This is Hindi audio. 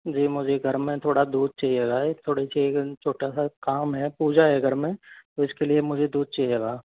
जी मुझे घर में थोड़ा दूध चाहिएगा थोड़ी छोटा सा काम है पूजा है घर में तो इसके लिए मुझे दूध चाहिएगा